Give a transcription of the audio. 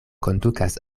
kondukas